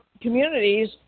communities